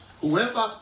whoever